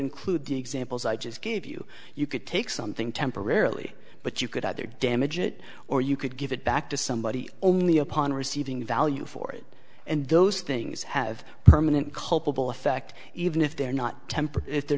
include the examples i just gave you you could take something temporarily but you could either damage it or you could go it back to somebody only upon receiving value for it and those things have permanent culpable effect even if they're not tempered if they're